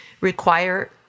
require